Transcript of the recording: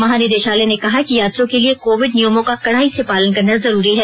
महानिदेशालय ने कहा कि यात्रियों के लिए कोविड नियमों का कडाई से पालन करना जरूरी है